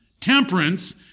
temperance